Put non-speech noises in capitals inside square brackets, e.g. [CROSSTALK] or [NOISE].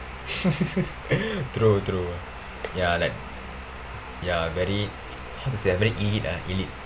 [LAUGHS] [BREATH] true true ya like ya very [NOISE] how to say ah very elite ah elite